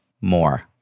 more